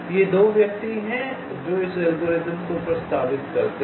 ये 2 व्यक्ति हैं जो इस एल्गोरिथम को प्रस्तावित करते हैं